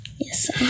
Yes